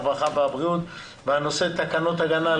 הרווחה והבריאות בנושא תקנות הגנה על